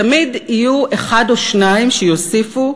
תמיד יהיו אחד או שניים שיוסיפו: